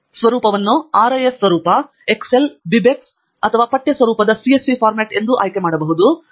ಸ್ವರೂಪವನ್ನು RIS ಸ್ವರೂಪ Excel BibTeX ಅಥವಾ ಪಠ್ಯ ಸ್ವರೂಪದ CSV ಫಾರ್ಮ್ಯಾಟ್ ಎಂದು ಆಯ್ಕೆ ಮಾಡಬಹುದು